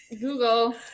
Google